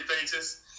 pages